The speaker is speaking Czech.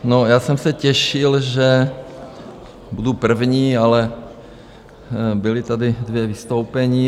No, já jsem se těšil, že budu první, ale byla tady dvě vystoupení.